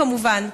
כמובן.